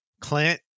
Clint